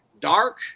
dark